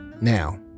Now